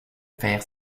faire